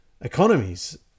economies